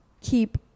keep